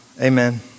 Amen